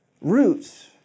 Roots